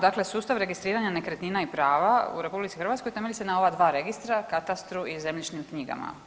Dakle, sustav registriranja nekretnina i prava u RH temelji se na ova dva registra, katastru i zemljišnim knjigama.